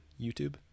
youtube